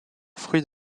fruits